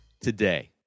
today